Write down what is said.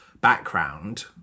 background